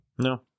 No